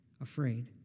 afraid